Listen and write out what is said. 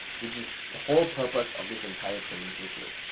which is the whole purpose of this entire training here today.